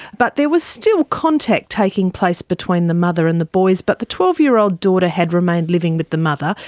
but there was still contact taking place between the mother and the boys. but the twelve year old daughter had remained living with the mother.